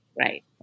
right